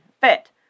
fit